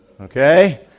Okay